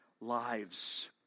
lives